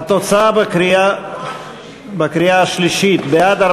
התוצאה בקריאה השלישית: בעד,